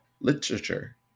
literature